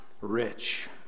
rich